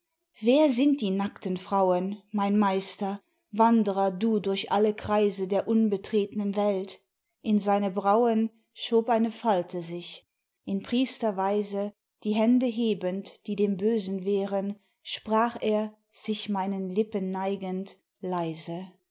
wer sind die nackten frauen mein meister wandrer du durch alle kreise der unbetretnen welt in seine brauen schob eine falte sich in priesterweise die hände hebend die dem bösen wehren sprach er sich meinen lippen neigend leise